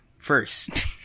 First